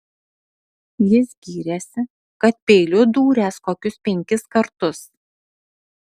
jis gyrėsi kad peiliu dūręs kokius penkis kartus